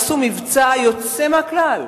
עשו מבצע יוצא מהכלל,